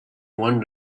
one